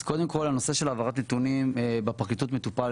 אז קודם כל הנושא של העברת הנתונים בפרקליטות מטופל